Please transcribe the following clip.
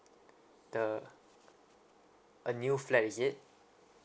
the a new flat is it